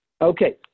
Okay